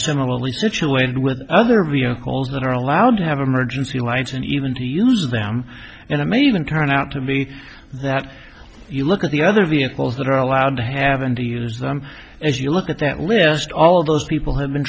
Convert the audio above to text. similarly situated with other vehicles that are allowed to have emergency lights and even to use them in amazement turned out to me that you look at the other vehicles that are allowed to have and to use them as you look at that list all those people have been